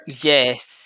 Yes